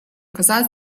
коза